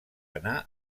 anar